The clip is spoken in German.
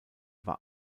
war